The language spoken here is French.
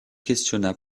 questionna